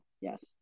Yes